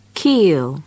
kill